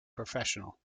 professional